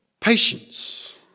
patience